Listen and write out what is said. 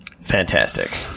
Fantastic